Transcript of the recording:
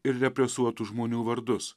ir represuotų žmonių vardus